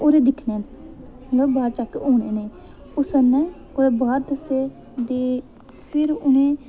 होर दिक्खने न मतलब बाद च चैक्क होने न ओह् सर ने कुतै बाह्र भेजे फिर उनें ई